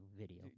video